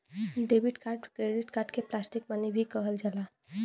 debit card credit card के plastic money भी कहल जाला